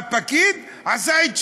והפקיד עשה את שלו,